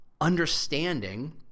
understanding